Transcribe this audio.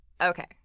Okay